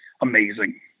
amazing